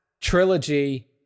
trilogy